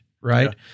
right